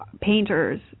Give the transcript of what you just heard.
painters